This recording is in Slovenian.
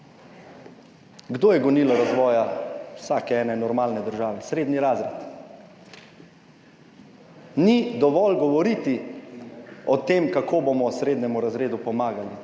Kdo je gonilo razvoja vsake normalne države? Srednji razred. Ni dovolj govoriti o tem, kako bomo srednjemu razredu pomagali,